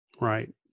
Right